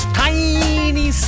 tiny